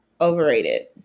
overrated